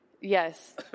Yes